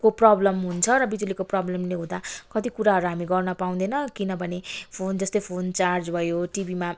को प्रब्लम हुन्छ र बिजुलीको प्रब्लमले हुँदा कति कुराहरू हामी गर्न पाउँदैनौँ किनभने फोन जस्तै फोन चार्ज भयो टिभीमा